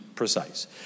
precise